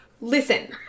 listen